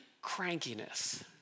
crankiness